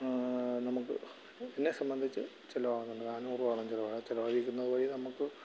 നമുക്ക് എന്നെ സംബന്ധിച്ച് ചിലവാകുന്ന നാനൂറ് രൂപയാണെങ്കിൽ ചിലവായാൽ ചിലവഴിക്കുന്നത് വഴി നമുക്ക്